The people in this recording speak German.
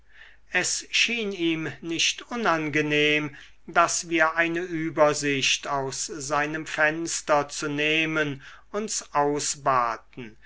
es schien ihm nicht unangenehm daß wir eine übersicht aus seinem fenster zu nehmen uns ausbaten